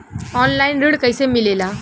Online ऋण कैसे मिले ला?